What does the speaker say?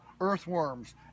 earthworms